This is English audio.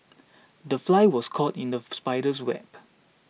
the fly was caught in the spider's web